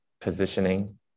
positioning